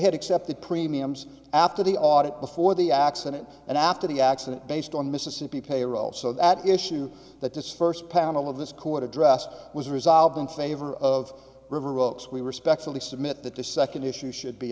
had accepted premiums after the audit before the accident and after the accident based on mississippi payroll so that issue that this first panel of this court addressed was resolved in favor of river rose we respectfully submit that the second issue should be